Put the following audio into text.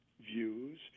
views